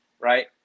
right